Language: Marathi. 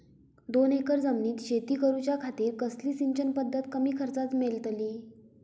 दोन एकर जमिनीत शेती करूच्या खातीर कसली सिंचन पध्दत कमी खर्चात मेलतली?